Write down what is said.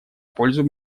пользу